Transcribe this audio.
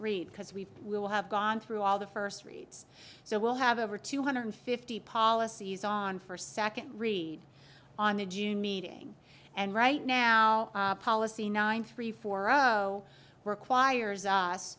read because we will have gone through all the first reads so we'll have over two hundred fifty policies on for second read on the june meeting and right now policy nine three four zero requires us